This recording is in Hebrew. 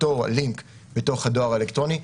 לינק בתוך הדואר האלקטרוני,